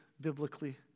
biblically